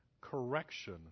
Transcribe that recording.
correction